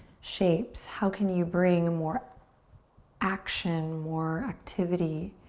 shapes. how can you bring more action, more activity,